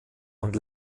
und